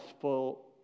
full